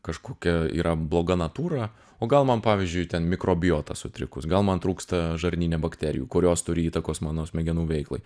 kažkokia yra bloga natūra o gal man pavyzdžiui ten mikrobiota sutrikus gal man trūksta žarnyne bakterijų kurios turi įtakos mano smegenų veiklai